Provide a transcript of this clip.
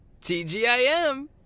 TGIM